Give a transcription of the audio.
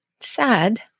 Sad